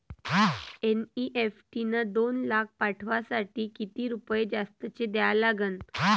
NEFT न दोन लाख पाठवासाठी किती रुपये जास्तचे द्या लागन?